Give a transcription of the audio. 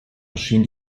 erschien